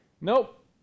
Nope